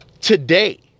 today